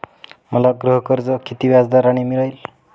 मला गृहकर्ज किती व्याजदराने मिळेल?